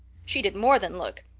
she did more than look.